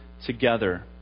together